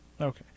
Okay